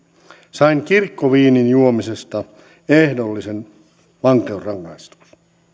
sain kirkkoviinin juomisesta ehdollisen vankeusrangaistuksen